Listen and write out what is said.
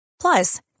Plus